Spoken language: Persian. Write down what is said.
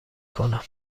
کنم